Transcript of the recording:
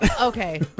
okay